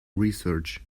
research